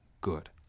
good